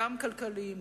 גם כלכליים,